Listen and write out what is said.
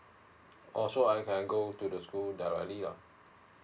oh so I can go to the school directly lah